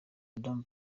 rutamu